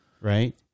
Right